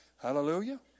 Hallelujah